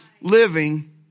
living